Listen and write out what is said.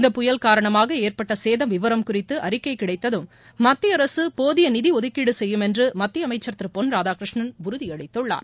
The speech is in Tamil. இந்த புயல் காரணமாக ஏற்பட்ட சேதம் விவரம் குறித்து அறிக்கை கிடைத்ததும் மத்திய அரசு போதிய நிதி நடுதுக்கீடு செய்யுமென்று மத்திய அமைச்ச் திரு பொன் ராதாகிருஷ்ணன் உறுதி அளித்துள்ளார்